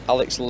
Alex